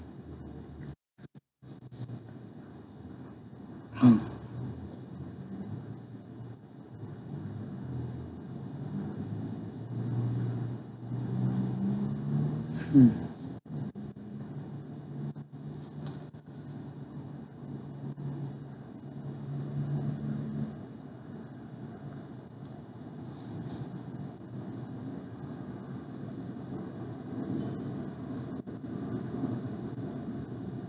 mm mm